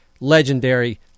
legendary